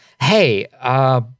hey